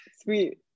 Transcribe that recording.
sweet